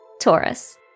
Taurus